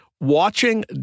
watching